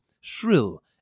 shrill